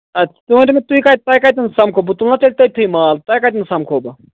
اَدٕ کیاہ تُہۍ ؤنۍ تو مےٚ تُہۍ کَتہِ تۄہہِ کَتٮ۪تھ سَمکھو بہٕ تُلنا تیٚلہِ تٔتھۍ مال تۄہہِ کَتٮ۪ن سَمکھو بہٕ